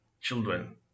children